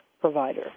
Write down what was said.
provider